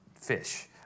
fish